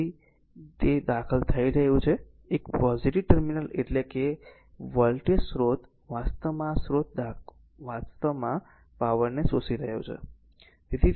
તેથી જેમ કે તે દાખલ થઈ રહ્યું છે એક પોઝીટીવ ટર્મિનલ એટલે કે આ વોલ્ટેજ સ્ત્રોત વાસ્તવમાં આ સ્ત્રોત વાસ્તવમાં આ પાવરને શોષી રહ્યો છે